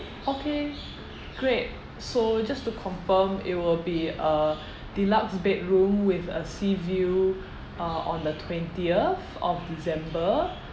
okay great so just to confirm it will be a deluxe bedroom with a sea view uh on the twentieth of december